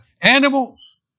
animals